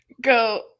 go